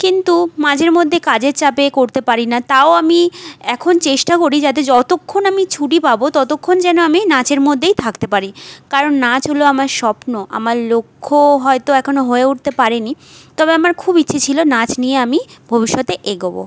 কিন্তু মাঝের মধ্যে কাজের চাপে করতে পারি না তাও আমি এখন চেষ্টা করি যাতে যতক্ষণ আমি ছুটি পাব ততক্ষণ যেন আমি নাচের মধ্যেই থাকতে পারি কারণ নাচ হলো আমার স্বপ্ন আমার লক্ষ্য হয়তো এখনও হয়ে উঠতে পারেনি তবে আমার খুব ইচ্ছে ছিল নাচ নিয়ে আমি ভবিষ্যতে এগোব